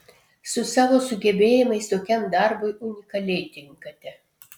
su savo sugebėjimais tokiam darbui unikaliai tinkate